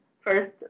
first